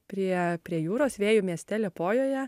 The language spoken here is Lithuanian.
prie prie jūros vėjų mieste liepojoje